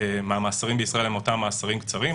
מהמאסרים בישראל הם אותם מאסרים קצרים,